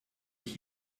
ich